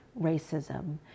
racism